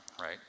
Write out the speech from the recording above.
right